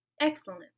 Excellent